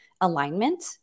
alignment